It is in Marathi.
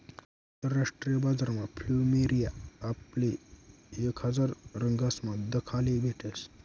आंतरराष्ट्रीय बजारमा फ्लुमेरिया आपले एक हजार रंगसमा दखाले भेटस